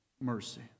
mercy